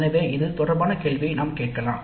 எனவே அது தொடர்பான கேள்வியை நாம் கேட்கலாம்